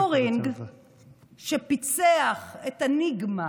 טיורינג, שפיצח את אניגמה